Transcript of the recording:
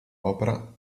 opera